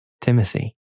Timothy